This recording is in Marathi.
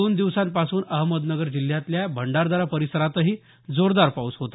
दोन दिवसांपासून अहमदनगर जिल्ह्यातल्या भंडारदरा परिसरातही जोरदार पाऊस झाला